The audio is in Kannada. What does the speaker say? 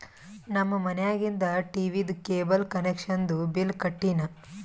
ನಮ್ ಮನ್ಯಾಗಿಂದ್ ಟೀವೀದು ಕೇಬಲ್ ಕನೆಕ್ಷನ್ದು ಬಿಲ್ ಕಟ್ಟಿನ್